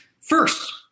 First